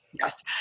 Yes